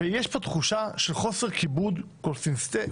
יש פה תחושה של חוסר כיבוד קונסיסטנטי